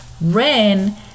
Ren